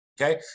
Okay